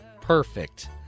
perfect